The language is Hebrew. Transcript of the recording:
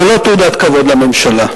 זה לא תעודת כבוד לממשלה,